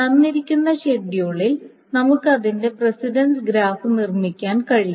തന്നിരിക്കുന്ന ഷെഡ്യൂളിൽ നമുക്ക് അതിന്റെ പ്രസിഡൻസ് ഗ്രാഫ് നിർമ്മിക്കാൻ കഴിയും